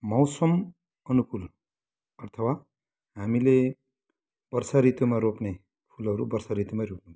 मौसम अनुकूल अथवा हामीले वर्षा ऋतुमा रोप्ने फुलहरू वर्षा ऋतुमै रोप्नु पर्छ